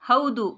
ಹೌದು